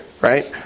right